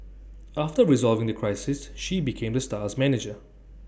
after resolving the crisis she became the star's manager